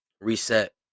reset